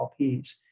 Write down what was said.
LPs